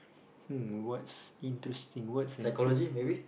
hmm what's interesting what's an eh